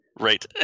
Right